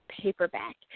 paperback